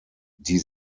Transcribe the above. die